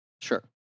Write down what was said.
Sure